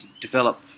develop